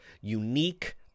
unique